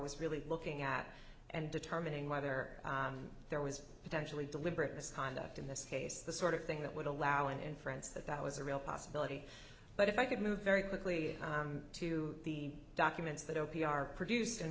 was really looking at and determining whether there was potentially deliberate misconduct in this case the sort of thing that would allow an inference that that was a real possibility but if i could move very quickly to the documents that opi are produc